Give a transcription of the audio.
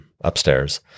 upstairs